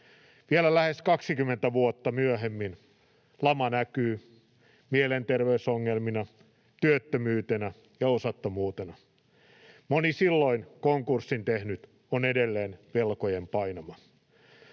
Vielä lähes 20 vuotta myöhemmin lama näkyy mielenterveysongelmina, työttömyytenä ja osattomuutena. Moni silloin konkurssin tehnyt on edelleen velkojen painama.